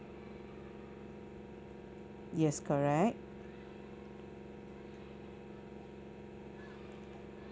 yes correct